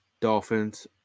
Dolphins